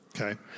Okay